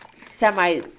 semi